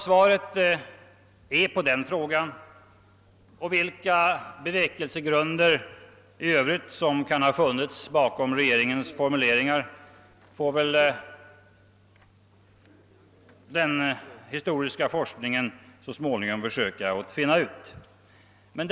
Svaret på den frågan och bevekelsegrunderna i övrigt bakom regeringens formuleringar får väl den historiska forskningen så småningom försöka utröna.